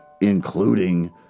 including